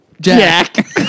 Jack